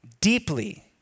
deeply